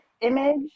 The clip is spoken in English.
image